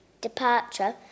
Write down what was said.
departure